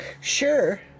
Sure